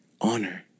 honor